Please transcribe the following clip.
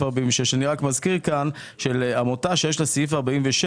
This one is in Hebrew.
46. אני רק מזכיר שעמותה שיש לה סעיף 46,